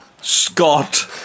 Scott